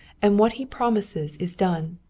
and what he promises is done.